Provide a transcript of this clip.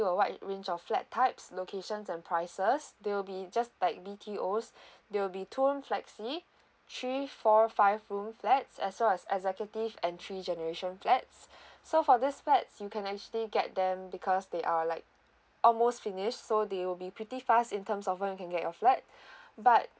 a wide range of flat types locations and prices they will be just like B_T_Os they will be two room flexi three four five room flats as well as executive and three generation flats so for these flats you can actually get them because they are like almost finished so they will be pretty fast in terms of when you can get your flat but